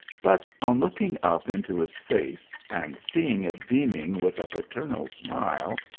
but on looking up into his face, and seeing it beaming with a paternal smile,